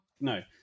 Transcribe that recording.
No